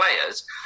players